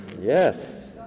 yes